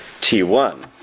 T1